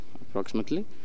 approximately